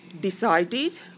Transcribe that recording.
decided